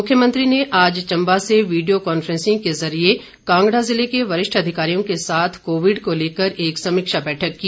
मुख्यमंत्री ने आज चंबा से वीडियो कॉन्फ्रेंसिंग के जरिए कांगड़ा जिले के वरिष्ठ अधिकारियों के साथ कोविड को लेकर एक समीक्षा बैठक की